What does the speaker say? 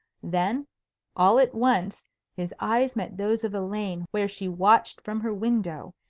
then all at once his eyes met those of elaine where she watched from her window,